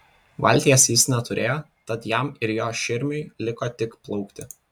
valties jis neturėjo tad jam ir jo širmiui liko tik plaukti